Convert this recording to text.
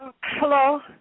Hello